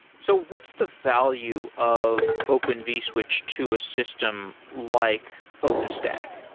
so what's the value of open vswitch to a system like openstack?